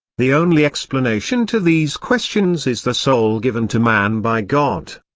the only explanation to these questions is the soul given to man by god.